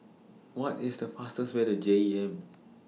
What IS The fastest Way to J E M